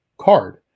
card